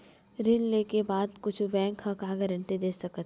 ऋण लेके बाद कुछु बैंक ह का गारेंटी दे सकत हे?